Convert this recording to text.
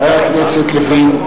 חבר הכנסת לוין.